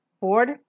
board